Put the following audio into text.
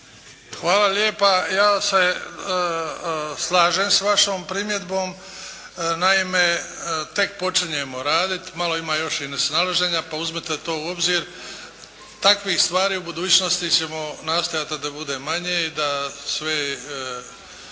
Hvala lijepa. Ja se slažem s vašom primjedbom. Naime, tek počinjemo raditi, malo ima još i nesnalaženja pa uzmite to u obzir. Takvih stvari u budućnosti ćemo nastojati da bude manje i da svi